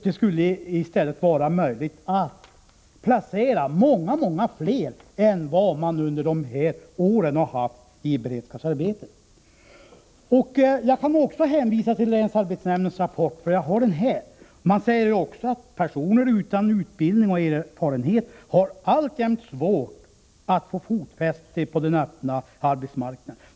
Det borde vara möjligt att placera många fler än dem som man under dessa år har haft i beredskapsarbete. Också jag kan hänvisa till länsarbetsnämndens rapport, för jag har den här. Där sägs att personer utan utbildning och erfarenhet alltjämt har svårt att få fotfäste på den öppna arbetsmarknaden.